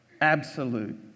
absolute